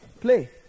play